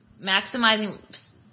maximizing